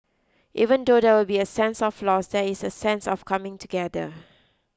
even though there will be a sense of loss there is a sense of coming together